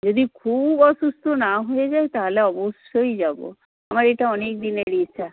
যদি খুব অসুস্থ না হয়ে যাই তাহলে অবশ্যই যাব আমার এটা অনেকদিনের ইচ্ছা